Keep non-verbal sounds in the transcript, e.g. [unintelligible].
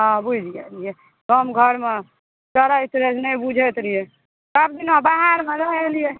हँ बुझि गेलियै गामघरमे [unintelligible] नहि बुझैत रहियै सब दिना बाहरमे रहि एलियै